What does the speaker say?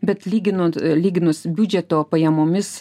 bet lyginant lyginus biudžeto pajamomis